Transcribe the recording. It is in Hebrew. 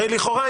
הרי לכאורה,